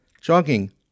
jogging